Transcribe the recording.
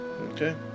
okay